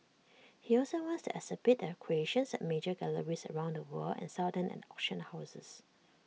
he also wants to exhibit the creations at major galleries around the world and sell them at auction houses